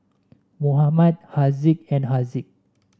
Muhammad Haziq and Haziq